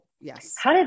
yes